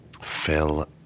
Phil